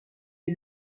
est